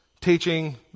teaching